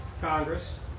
Congress